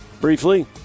briefly